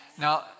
Now